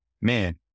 man